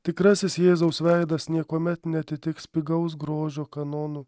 tikrasis jėzaus veidas niekuomet neatitiks pigaus grožio kanonų